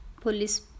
police